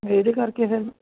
ਹੁਣ ਇਹਦੇ ਕਰਕੇ ਫਿਰ